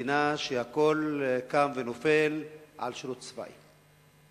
מדינה שהכול קם ונופל בה על שירות צבאי.